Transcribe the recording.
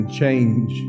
change